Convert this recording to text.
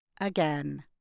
again